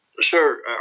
Sure